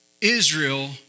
Israel